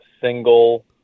single